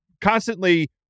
constantly